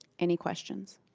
any questions?